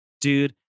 Dude